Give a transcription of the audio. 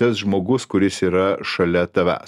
tas žmogus kuris yra šalia tavęs